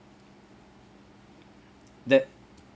that